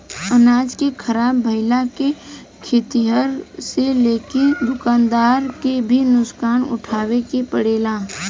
अनाज के ख़राब भईला से खेतिहर से लेके दूकानदार के भी नुकसान उठावे के पड़ेला